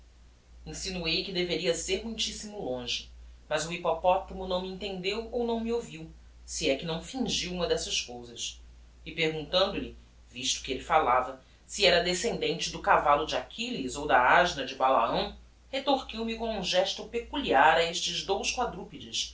seculos insinuei que deveria ser muitissimo longe mas o hippopotamo não me entendeu ou não me ouviu se é que não fingiu uma dessas cousas e perguntando-lhe visto que elle fallava se era descendente do cavallo de achilles ou da asna de balaão retorquiu me com um gesto peculiar a estes dous quadrupedes